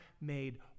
made